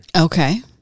Okay